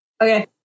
Okay